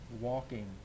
walking